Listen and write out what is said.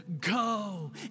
Go